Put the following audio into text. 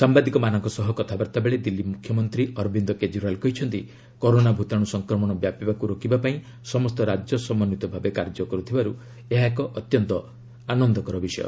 ସାମ୍ଭାଦିକମାନଙ୍କ ସହ କଥାବାର୍ଭାବେଳେ ଦିଲ୍ଲୀ ମୁଖ୍ୟମନ୍ତ୍ରୀ ଅରବିନ୍ଦ କେଜରିୱାଲ୍ କହିଛନ୍ତି କରୋନା ଭୂତାଣୁ ସଂକ୍ରମଣ ବ୍ୟାପିବାକୁ ରୋକିବାପାଇଁ ସମସ୍ତ ରାଜ୍ୟ ସମନ୍ୱିତ ଭାବେ କାର୍ଯ୍ୟ କର୍ତ୍ତବାର୍ତ ଏହା ଏକ ଅତ୍ୟନ୍ତ ଆନନ୍ଦଦାୟକ ବିଷୟ